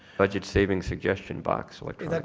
budget savings suggestion box well,